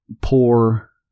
poor